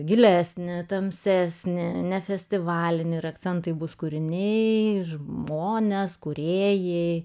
gilesni tamsesni ne festivalinių ir akcentai bus kūriniai žmonės kūrėjai